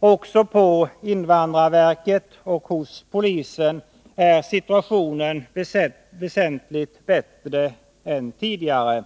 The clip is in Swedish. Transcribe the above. Också på invandrarverket och hos polisen är situationen väsentligt bättre än tidigare.